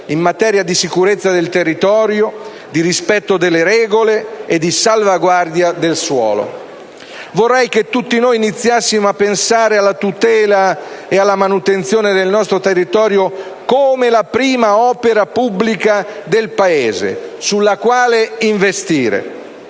in materia di sicurezza del territorio, di rispetto delle regole e di salvaguardia del suolo. Vorrei che tutti noi iniziassimo a pensare alla tutela e alla manutenzione del nostro territorio come la prima opera pubblica del Paese, sulla quale investire.